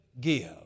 give